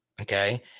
Okay